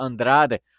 Andrade